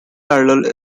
parallel